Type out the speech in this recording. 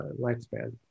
lifespan